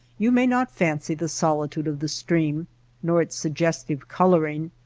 you may not fancy the solitude of the stream nor its sugges tive coloring,